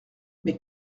mais